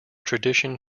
tradition